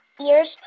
ears